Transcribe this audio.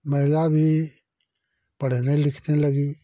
महिला भी पढ़ने लिखने लगी